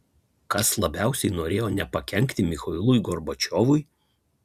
kas labiausiai norėjo nepakenkti michailui gorbačiovui